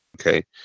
Okay